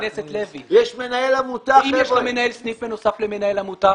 אם יש כאן מנהל סניף בנוסף למנהל עמותה?